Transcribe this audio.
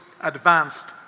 advanced